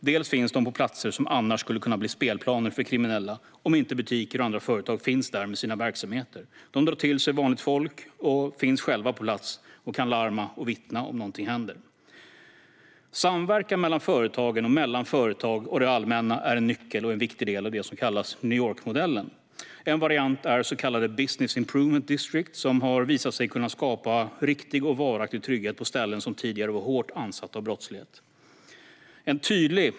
Dels finns de på platser som skulle kunna bli spelplaner för kriminella om inte butiker och andra företag fanns där med sina verksamheter. De drar till sig vanligt folk och finns själva på plats och kan larma och vittna om något händer. Samverkan mellan företag och mellan företag och det allmänna är en nyckel och en viktig del i det som kallas New York-modellen. En variant är så kallade business improvement districts, som har visat sig kunna skapa riktig och varaktig trygghet på ställen som tidigare varit hårt ansatta av brottslighet.